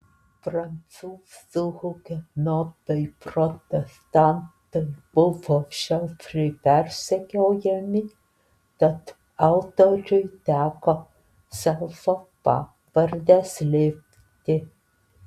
prancūzų hugenotai protestantai buvo žiauriai persekiojami tad autoriui teko savo pavardę slėpti